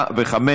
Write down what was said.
4 ו-5